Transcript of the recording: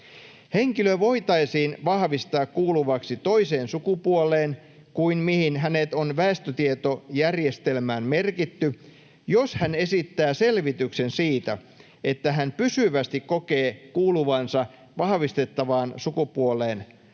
Henkilö voitaisiin vahvistaa kuuluvaksi toiseen sukupuoleen kuin mihin hänet on väestötietojärjestelmään merkitty, jos hän esittää selvityksen siitä, että hän pysyvästi kokee kuuluvansa vahvistettavaan sukupuoleen,